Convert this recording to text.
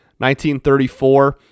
1934